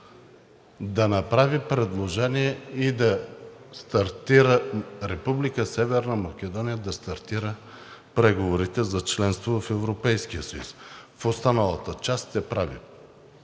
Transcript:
да направи предложение и Република Северна Македония да стартира преговорите за членство в Европейския съюз. В останалата част сте прави.